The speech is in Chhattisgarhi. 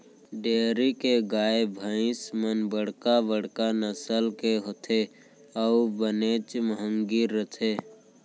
डेयरी के गाय भईंस मन बड़का बड़का नसल के होथे अउ बनेच महंगी रथें